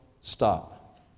stop